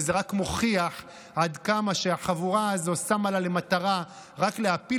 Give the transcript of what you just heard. וזה רק מוכיח עד כמה החבורה הזאת שמה לה למטרה רק להפיל